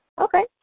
Okay